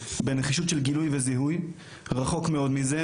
בנחישות של גילוי וזיהוי רחוק מאוד מזה,